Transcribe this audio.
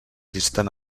llisten